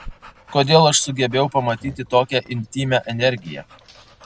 kodėl aš sugebėjau pamatyti tokią intymią energiją